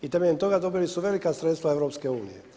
I temeljem toga dobili su velika sredstva EU.